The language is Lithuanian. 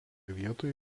vietoje